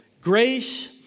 Grace